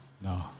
No